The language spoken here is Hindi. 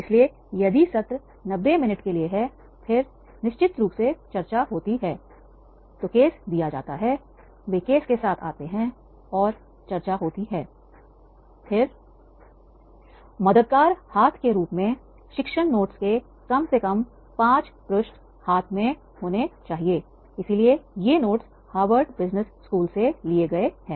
इसलिए यदि सत्र 90 मिनट के लिए है और निश्चित रूप से चर्चा होती है तो केस दिया जाता है वे केस के साथ आते हैं और जब चर्चा होती है तब शिक्षण नोट्स कम से कम 5 पृष्ठ के एक मददगार हाथ के रूप में होना चाहिए इसलिए ये नोट्स हावर्ड बिजनेस स्कूल से लिए गए हैं